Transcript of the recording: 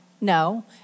No